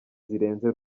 zirenze